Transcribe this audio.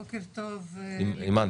בוקר טוב לכולם.